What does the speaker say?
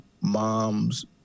moms